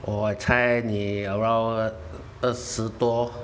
我猜你 around 二十多